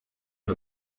هذا